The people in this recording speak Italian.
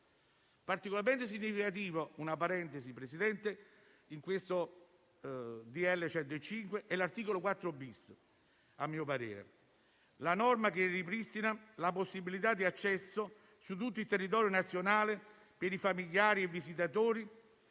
a mio parere, l'articolo 4*-bis*, la norma che ripristina la possibilità di accesso, su tutto il territorio nazionale, per i familiari e visitatori